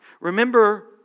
Remember